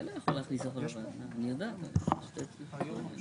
אני מעדכנת שיש קצת כיבוד קל כזה